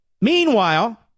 Meanwhile